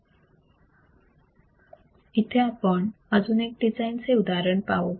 इथे आपण अजून एक डिझाईन चे उदाहरण पण पाहू